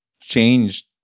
changed